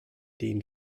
den